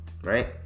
right